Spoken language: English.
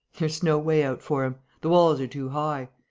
there's no way out for him. the walls are too high.